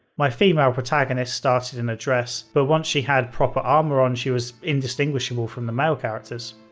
my female protagonist started in a dress, but once she had proper armor on she was indistinguishable from the male characters.